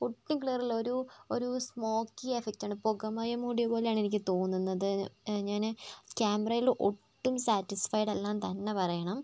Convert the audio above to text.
ഒട്ടും ക്ലിയർ ഇല്ല ഒരു ഒരു സ്മോക്കി എഫക്റ്റാണ് പുകമയം മൂടിയപോലെയാണ് എനിക്ക് തോന്നുന്നത് ഞാൻ ക്യാമറയിൽ ഒട്ടും സാറ്റിസ്ഫൈഡ് അല്ലാന്ന് തന്നെ പറയണം